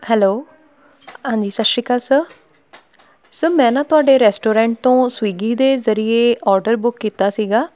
hello ਹਾਂਜੀ ਸਤਿ ਸ਼੍ਰੀ ਅਕਾਲ ਸਰ ਸਰ ਮੈਂ ਨਾ ਤੁਹਾਡੇ ਰੈਸਟੋਰੈਂਟ ਤੋਂ ਸਵਿੱਗੀ ਦੇ ਜ਼ਰੀਏ ਔਰਡਰ ਬੁੱਕ ਕੀਤਾ ਸੀਗਾ